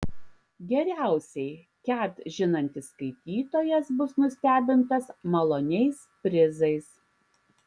geriausiai ket žinantis skaitytojas bus nustebintas maloniais prizais